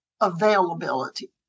availability